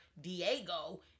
Diego